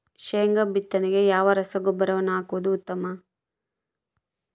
ಶೇಂಗಾ ಬಿತ್ತನೆಗೆ ಯಾವ ರಸಗೊಬ್ಬರವನ್ನು ಹಾಕುವುದು ಉತ್ತಮ?